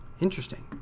Interesting